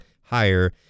higher